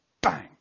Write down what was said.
bang